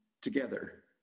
together